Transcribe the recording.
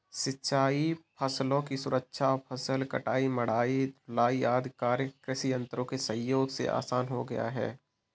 सिंचाई फसलों की सुरक्षा, फसल कटाई, मढ़ाई, ढुलाई आदि कार्य कृषि यन्त्रों के सहयोग से आसान हो गया है